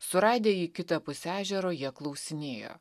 suradę jį kitapus ežero jie klausinėjo